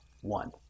one